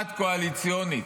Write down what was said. משמעת קואליציונית.